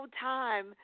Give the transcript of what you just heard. time